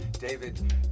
David